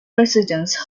residence